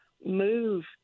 move